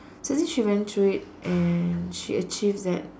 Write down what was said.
so then she went through it and she achieved that